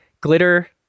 glitter